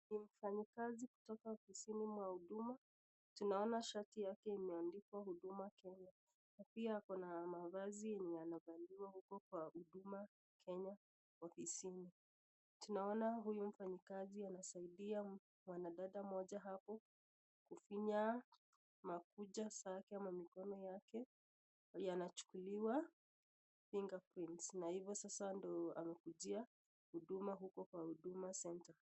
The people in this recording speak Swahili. Ni mfanyikazi kutoka ofisini ya huduma, tunaona shati yake imeandikwa Huduma Kenya. Na pia kuna mavazi yenye yanavaliwa huko Huduma Kenya ofisini. Tunaona huyu mfanyikazi anasaidia mwanadada mmoja hapo kufinya makucha zake ama mikono yake yanachukuliwa fingerprints na hivo sasa ndo amekujia huduma yake kwa Huduma Center.